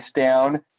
down